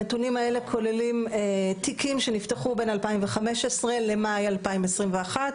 הנתונים האלה כוללים תיקים שנפתחו בין 2015 למאי 2021,